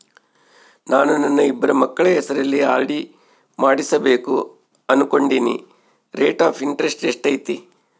ನಾನು ನನ್ನ ಇಬ್ಬರು ಮಕ್ಕಳ ಹೆಸರಲ್ಲಿ ಆರ್.ಡಿ ಮಾಡಿಸಬೇಕು ಅನುಕೊಂಡಿನಿ ರೇಟ್ ಆಫ್ ಇಂಟರೆಸ್ಟ್ ಎಷ್ಟೈತಿ?